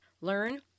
Learn